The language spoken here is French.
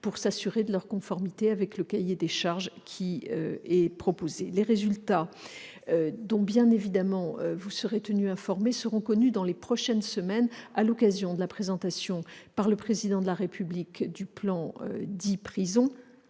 pour s'assurer de la conformité avec le cahier des charges. Les résultats, dont vous serez tenu informé, seront connus dans les prochaines semaines, à l'occasion de la présentation, par le Président de la République, du plan Prison.